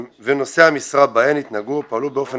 ונושאי המשרה בהן התנהגו או פעלו באופן